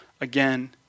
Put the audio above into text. again